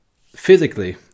physically